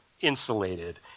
insulated